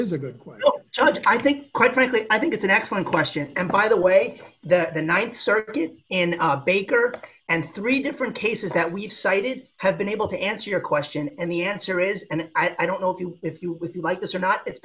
moves a good question but i think quite frankly i think it's an excellent question and by the way that the th circuit in baker and three different cases that we've cited have been able to answer your question and the answer is and i don't know if you if you with you like this or not it's